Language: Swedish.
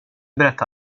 berätta